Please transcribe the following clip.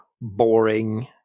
boring